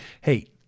hey